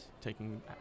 taking